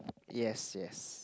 yes yes